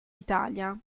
italia